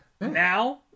Now